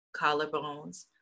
collarbones